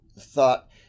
thought